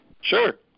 Sure